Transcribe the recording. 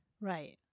Right